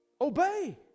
Obey